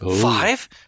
Five